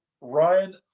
Ryan